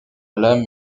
lame